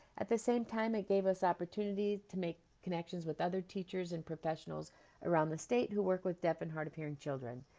at the same time, it gave us an opportunity to make connections with other teachers and professionals around the state who work with deaf and hard-of-hearing children.